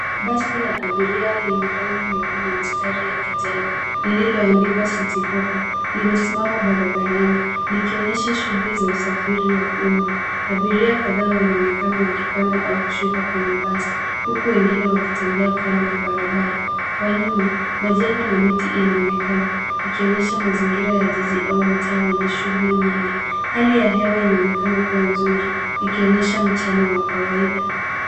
Basi la abiria lenye rangi nyeupe na mistari ya kijani lililoandikwa Citi Hoppa , limesimama barabarani, likionyesha shughuli za usafiri wa umma. Abiria kadhaa wanaonekana wakipanda au kushuka kwenye basi, huku wengine wakitembea kando ya barabara. Kwa nyuma, majengo na miti inaonekana ikionyesha mazingira ya jiji au mtaa wenye shughuli nyingi. Hali ya hewa inaonekana kuwa nzuri, ikionyesha mchana wa kawaida.